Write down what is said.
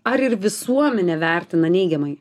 ar ir visuomenė vertina neigiamai